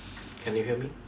can you hear me